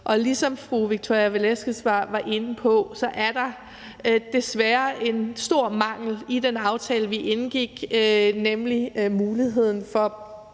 Ligesom fru Victoria Velasquez var inde på, er der desværre en stor mangel i den aftale, vi indgik, nemlig muligheden for